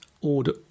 order